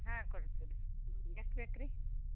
ಹಾಂ ಕೊಡ್ತೀವಿ ರೀ ಎಷ್ಟು ಬೇಕು ರೀ